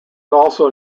also